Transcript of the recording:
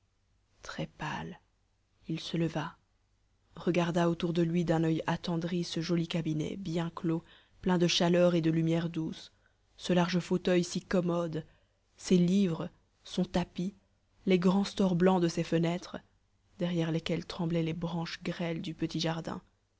très pâle il se leva regarda autour de lui d'un oeil attendri ce joli cabinet bien clos plein de chaleur et de lumière douce ce large fauteuil si commode ses livres son tapis les grands stores blancs de ses fenêtres derrière lesquels tremblaient les branches grêles du petit jardin